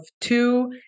two